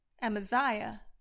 Amaziah